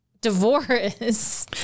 divorce